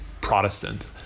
Protestant